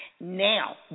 Now